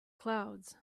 clouds